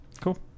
Cool